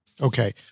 Okay